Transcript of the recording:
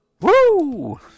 Woo